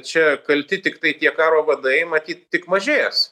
čia kalti tiktai tie karo vadai matyt tik mažės